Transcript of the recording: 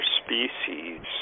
species